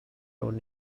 awn